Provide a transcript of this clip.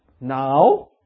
now